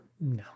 no